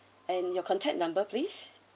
and your contact number please